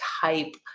type